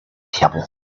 table